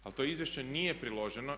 Ali to izvješće nije priloženo.